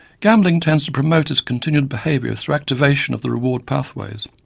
gambling tends to promote its continued behaviour through activation of the reward pathways.